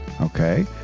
Okay